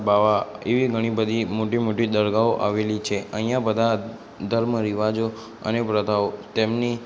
બાવા એવી ઘણી બધી મોટી મોટી દરગાહો આવેલી છે અહીંયા બધા ધર્મ રિવાજો અને પ્રથાઓ તેમની